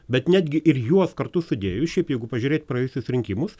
bet netgi ir juos kartu sudėjus šiaip jeigu pažiūrėti praėjusius rinkimus